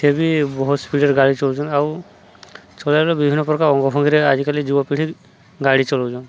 ସିଏ ବି ବହୁତ ସ୍ପିଡ଼୍ରେ ଗାଡ଼ି ଚଲଉଛନ୍ ଆଉ ଚଲେଇବେଳେ ବିଭିନ୍ନ ପ୍ରକାର ଅଙ୍ଗ ଭଙ୍ଗୀରେ ଆଜିକାଲି ଯୁବପିଢି ଗାଡ଼ି ଚଲଉଛନ୍